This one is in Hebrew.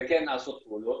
וכן נעשות פעולות,